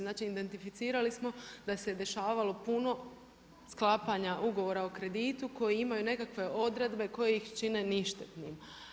Znači, identificirali smo da se dešavalo puno sklapanja ugovora o kreditu koji imaju nekakve odredbe koje ih čini ništetnim.